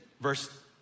Verse